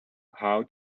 how